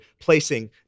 placing